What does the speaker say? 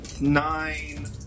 nine